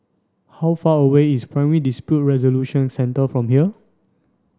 how far away is Primary Dispute Resolution Centre from here